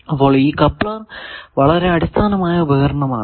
അപ്പോൾ ഈ കപ്ലർ വളരെ അടിസ്ഥാനമായ ഉപകരണമാണ്